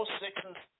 sixes